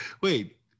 wait